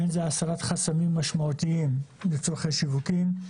בין אם זה הסרת חסמים משמעותיים לצורך השיווקים,